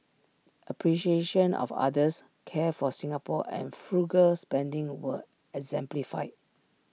appreciation of others care for Singapore and frugal spending were exemplified